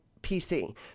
PC